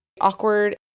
awkward